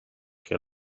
que